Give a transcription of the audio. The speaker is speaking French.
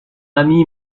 ami